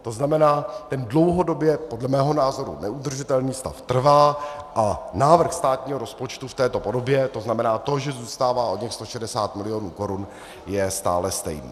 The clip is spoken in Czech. To znamená, že ten dlouhodobě podle mého názoru neudržitelný stav trvá a návrh státního rozpočtu v této podobě, to znamená to, že zůstává oněch 160 mil. korun, je stále stejný.